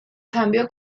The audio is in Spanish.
cambio